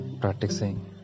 practicing